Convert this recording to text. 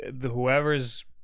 Whoever's